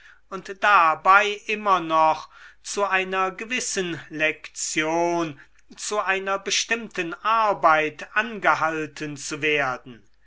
und dabei immer noch zu einer gewissen lektion zu einer bestimmten arbeit angehalten zu werden